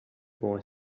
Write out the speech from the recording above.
boy